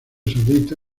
saudita